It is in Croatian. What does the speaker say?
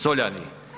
Soljani?